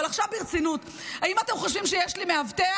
אבל עכשיו ברצינות, האם אתם חושבים שיש לי מאבטח?